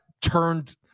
turned